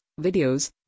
videos